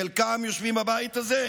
חלקם יושבים בבית הזה?